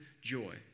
joy